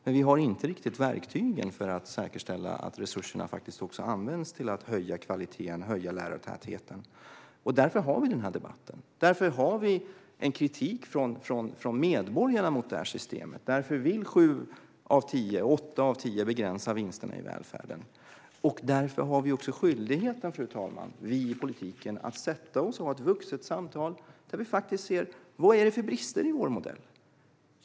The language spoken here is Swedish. Men vi har inte riktigt verktygen för att säkerställa att resurserna faktiskt används till att höja kvaliteten och öka lärartätheten. Därför har vi nu den här debatten. Därför får vi kritik från medborgarna mot det här systemet. Därför vill sju åtta av tio begränsa vinsten i välfärden. Därför har vi i politiken också skyldigheten, fru talman, att sätta oss och ha ett vuxet samtal där vi faktiskt ser vad det är för brister i vår modell.